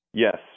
Yes